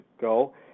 go